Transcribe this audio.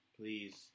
please